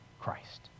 Christ